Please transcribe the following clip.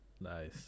Nice